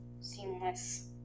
Seamless